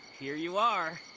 here you are.